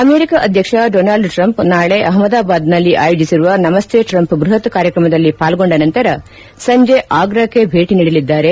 America ಅಧ್ಯಕ್ಷ Donald Trump ನಾಳೆ ಅಹಮದಾಬಾದ್ನಲ್ಲಿ ಆಯೋಜಿಸಿರುವ ನಮಸ್ತೆ ಟ್ರಂಪ್ ಬ್ಬಹತ್ ಕಾರ್ಯಕ್ರಮದಲ್ಲಿ ಪಾಲ್ಗೊಂಡ ನಂತರ ಸಂಜೆ ಆಗ್ರಾಕ್ಕೆ ಭೇಟಿ ನೀಡಲಿದ್ದಾರೆ